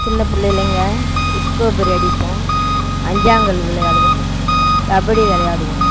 சின்ன பிள்ளையிலைங்க இஸ்கூபரி அடிப்போம் அஞ்சாங்கல் விளையாடுவோம் கபடி விளையாடுவோம்